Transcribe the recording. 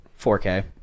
4K